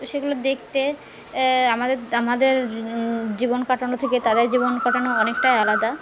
তো সেগুলো দেখতে আমাদের আমাদের জীবন কাটানো থেকে তাদের জীবন কাটানো অনেকটাই আলাদা